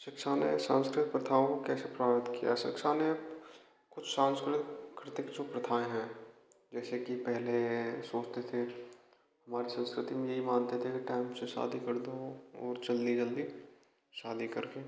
शिक्षा ने सांस्कृतिक प्रथाओं को कैसे प्रभावित किया शिक्षा ने कुछ सांस्कृतिक कृतिक जो प्रथाएँ हैं जैसे कि पहले सोचते थे हमारी संस्कृति में यही मानते थे कि टाइम से शादी कर दो ओर जल्दी जल्दी शादी करके